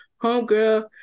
homegirl